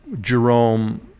Jerome